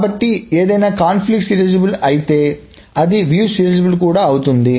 కాబట్టి ఏదైనా conflict serializable అయితే అది వీక్షణ సీరియలైజబుల్ కూడా అవుతుంది